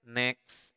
next